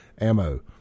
Ammo